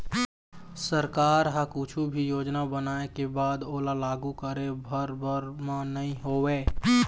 सरकार ह कुछु भी योजना बनाय के बाद ओला लागू करे भर बर म नइ होवय